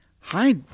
hi